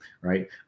right